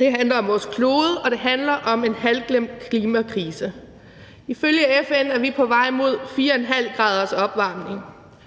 Det handler om vores klode, og det handler om en halvglemt klimakrise. Ifølge FN er vi på vej mod 4,5 graders opvarmning.